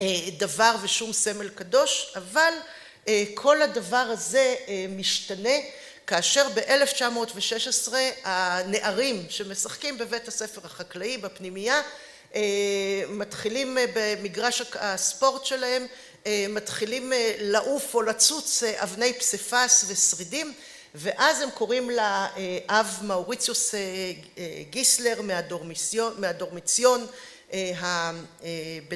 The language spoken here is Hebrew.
דבר ושום סמל קדוש, אבל כל הדבר הזה משתנה כאשר ב-1916, הנערים שמשחקים בבית הספר החקלאי, בפנימייה, מתחילים במגרש הספורט שלהם, מתחילים לעוף או לצוץ אבני פסיפס ושרידים, ואז הם קוראים לאב מאוריצוס גיסלר מהדורמציון,